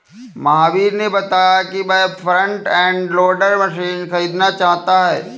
महावीर ने बताया कि वह फ्रंट एंड लोडर मशीन खरीदना चाहता है